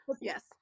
Yes